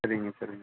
சரிங்க சரிங்க